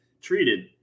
treated